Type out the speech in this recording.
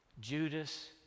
Judas